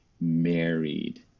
married